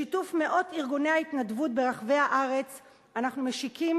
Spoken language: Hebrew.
בשיתוף מאות ארגוני ההתנדבות ברחבי הארץ אנחנו משיקים